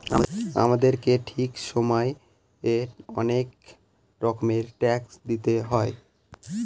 আমাদেরকে ঠিক সময়ে অনেক রকমের ট্যাক্স দিতে হয়